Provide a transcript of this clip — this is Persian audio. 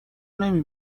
نمی